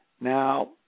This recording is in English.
Now